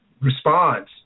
response